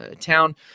town